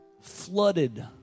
flooded